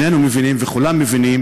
שנינו מבינים וכולם מבינים,